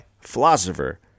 philosopher